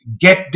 get